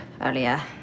earlier